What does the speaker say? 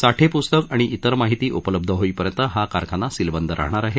साठे प्स्तक आणि इतर माहिती उपलब्ध होईपर्यंत हा कारखाना सीलबंद राहणार आहे